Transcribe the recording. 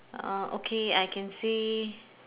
uh okay I can say